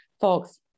Folks